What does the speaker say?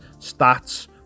stats